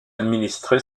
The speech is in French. administré